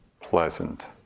pleasant